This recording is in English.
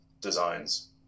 designs